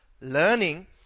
learning